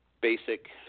basic